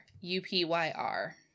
U-P-Y-R